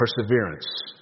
Perseverance